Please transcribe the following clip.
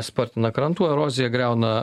spartina krantų eroziją griauna